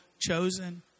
chosen